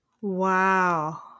Wow